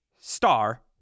Star